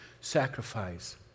sacrifice